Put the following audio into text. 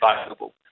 available